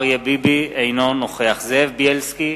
אינו נוכח זאב בילסקי,